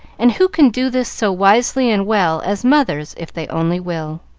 and who can do this so wisely and well as mothers, if they only will?